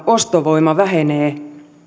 ostovoima vähenee